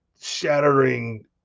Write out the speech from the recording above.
shattering